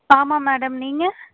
ஆமாம் மேடம் நீங்கள்